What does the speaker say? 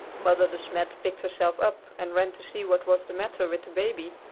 mother de smet picked herself up and ran to see what was the matter with the baby,